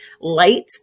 light